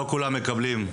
לא כולם מקבלים.